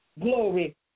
Glory